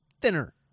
thinner